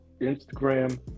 Instagram